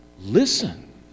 listen